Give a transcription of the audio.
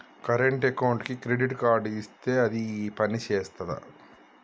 Current అకౌంట్కి credit card ఇత్తే అది పని చేత్తదా?